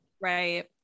Right